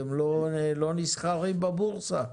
אתם לא נסחרים בבורסה?